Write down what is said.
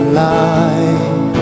light